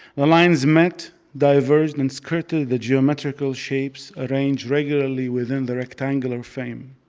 the lines met, diverged, and skirted the geometrical shapes arranged regularly within the rectangular frame.